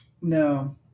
No